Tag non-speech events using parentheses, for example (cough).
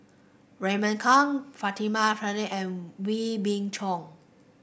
Raymond Kang Fatimah (unintelligible) and Wee Beng Chong